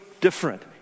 different